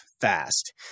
fast